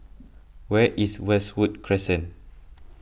where is Westwood Crescent